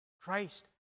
Christ